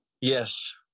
Yes